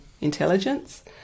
intelligence